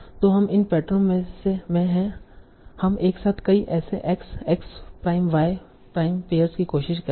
तो हम इन पैटर्नों में हैं हम एक साथ कई ऐसे X X prime Y prime pairs की कोशिश करेंगे